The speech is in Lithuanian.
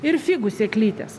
ir figų sėklytes